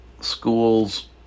schools